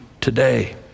today